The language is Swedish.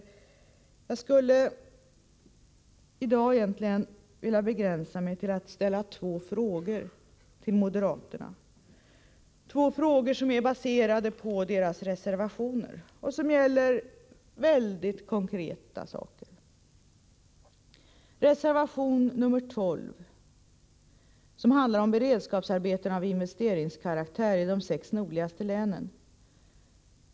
I dag skulle jag egentligen vilja begränsa mig till att ställa två frågor till moderaterna, två frågor som är baserade på deras reservationer. Det gäller mycket konkreta saker. Reservation nr 12 handlar om beredskapsarbeten av investeringskaraktär i de sex nordligaste länen.